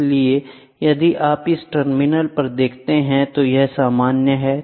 इसलिए यदि आप इस टर्मिनल पर देखते हैं तो यह सामान्य है